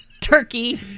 Turkey